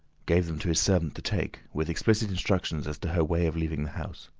gave them to his servant to take, with explicit instructions as to her way of leaving the house.